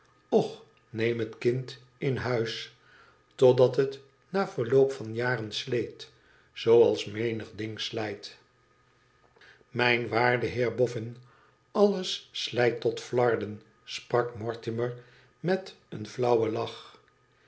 och neem het kind in huis totdat het na verloop van jaren sleet zooals menig ding slijt mijn waarde heer bofin alles slijt tot flarden sprak mortimer met ten flauwen lach